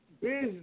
business